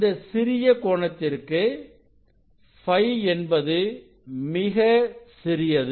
இந்த சிறிய கோணத்திற்கு Φ என்பது மிக சிறியது